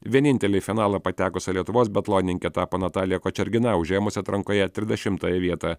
vienintelė į finalą patekusi lietuvos biatlonininkė tapo natalija kočergina užėmusi atrankoje trisdešimtąją vietą